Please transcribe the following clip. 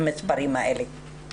המספרים האלה.